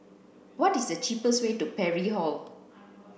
what is the cheapest way to Parry Hall